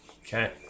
Okay